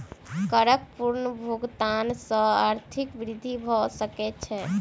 करक पूर्ण भुगतान सॅ आर्थिक वृद्धि भ सकै छै